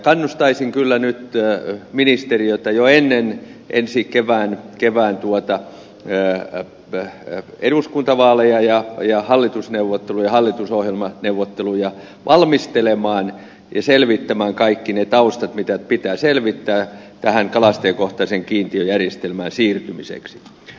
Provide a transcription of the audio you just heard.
kannustaisin kyllä nyt ministeriötä jo ennen ensi kevään eduskuntavaaleja ja hallitusohjelmaneuvotteluja valmistelemaan ja selvittämään kaikki ne taustat mitä pitää selvittää tähän kalastajakohtaiseen kiintiöjärjestelmään siirtymiseksi